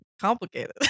complicated